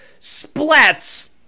splats